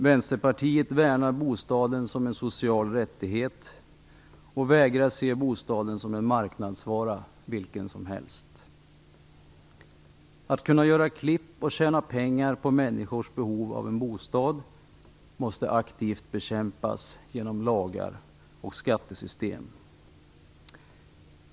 Vänsterpartiet värnar bostaden som en social rättigheten och vägrar se bostaden som en marknadsvara vilken som helst. Att kunna göra klipp och tjäna pengar på människors behov av en bostad måste aktivt bekämpas genom lagar och skattesystem.